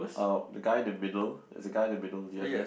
uh the guy in the middle there's a guy in the middle do you have that